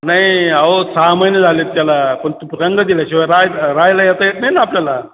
नाही अहो सहा महिने झालेत त्याला पण त रंग दिल्याशिवाय राहाय राहायला येता येत नाही ना आपल्याला